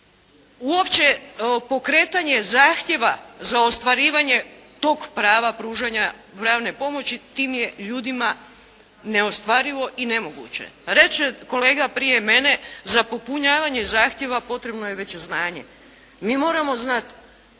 uopće pokretanje zahtjeva za ostvarivanje tog prava pružanja pravne pomoći tim je ljudima neostvarivo i nemoguće. Reče kolega prije mene, za popunjavanje zahtjeva potrebno je veće znanje. Mi moramo znati